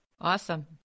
Awesome